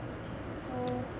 so